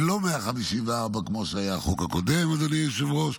ולא 154 כמו שהיה החוק הקודם, אדוני היושב-ראש,